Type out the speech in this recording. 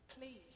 please